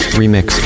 remix